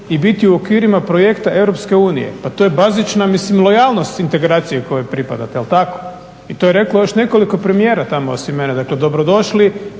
i biti u okvirima projekta EU. Pa to je bazična lojalnost integracije kojoj pripadate, jel tako? I to je reklo još nekoliko premijera tamo osim mene, dakle dobrodošli,